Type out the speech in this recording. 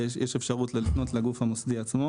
ויש אפשרות לפנות לגוף המוסדי עצמו.